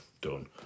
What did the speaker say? done